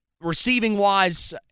Receiving-wise